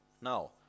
now